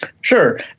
Sure